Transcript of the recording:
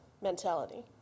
mentality